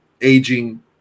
aging